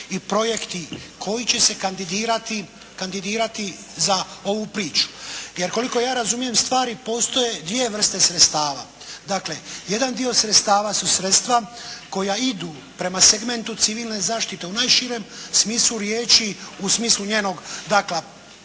i projekti koji će se kandidirati za ovu priču jer koliko ja razumijem stvari postoje dvije vrste sredstava. Dakle, jedan dio sredstava su sredstva koja idu prema segmentu civilne zaštite u najširem smislu riječi, u smislu njenog